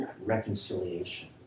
reconciliation